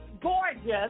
gorgeous